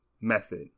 method